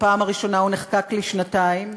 בפעם הראשונה הוא נחקק לשנתיים.